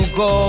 go